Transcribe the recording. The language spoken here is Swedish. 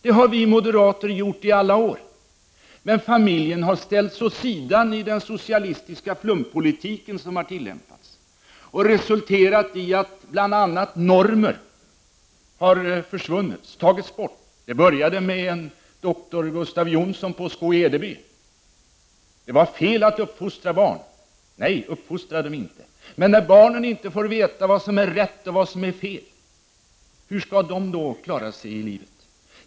Det har vi moderater gjort i alla år. Men familjen har ställts åt sidan i den socialistiska flumpolitik som har tillämpats. Det har resulterat i att bl.a. normer har försvunnit. Det började med en doktor Gustav Jonsson i barnbyn Skå. Det var fel att uppfostra barn. ”Nej, uppfostra dem inte.” Men när barnen inte får veta vad som är rätt eller fel, hur skall de då klara sig i livet?